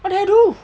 what did I do